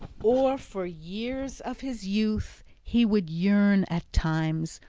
or for years of his youth he would yearn at times,